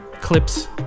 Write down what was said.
clips